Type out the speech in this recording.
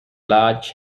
large